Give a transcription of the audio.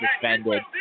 suspended